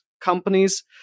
companies